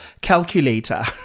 calculator